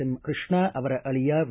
M Krishna ಅವರ ಅಳಿಯ V